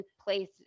place